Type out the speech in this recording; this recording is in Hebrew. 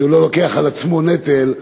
שהוא לא לוקח על עצמו נטל,